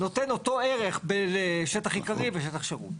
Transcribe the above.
נותן אותו ערך לשטח עיקרי ושטח שירות.